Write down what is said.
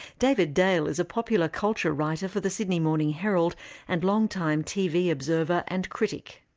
david dale is a popular culture writer for the sydney morning herald and longtime tv observer and critic.